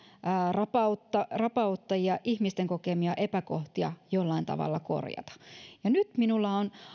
rapauttajia rapauttajia ihmisten kokemia epäkohtia jollain tavalla korjata nyt minulla on